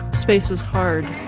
space is hard,